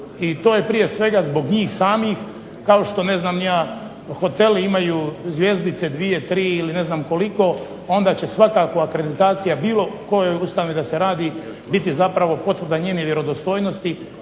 i to je prije svega zbog njih samih kao što ne znam ni ja hoteli imaju zvjezdice dvije, tri ili ne znam koliko. Onda će svakako akreditacija bilo kojoj ustanovi da se radi biti zapravo potvrda njene vjerodostojnosti